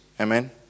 Amen